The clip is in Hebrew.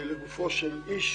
לגופו של אדם,